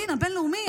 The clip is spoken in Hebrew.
הדין הבין-לאומי,